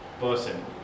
person